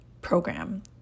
program